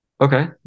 Okay